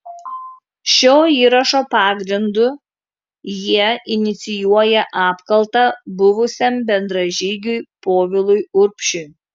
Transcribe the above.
šio įrašo pagrindu jie inicijuoja apkaltą buvusiam bendražygiui povilui urbšiui